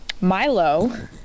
Milo